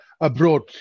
abroad